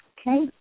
Okay